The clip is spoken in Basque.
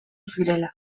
zirela